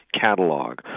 catalog